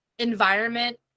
environment